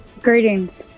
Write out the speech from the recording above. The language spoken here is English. Greetings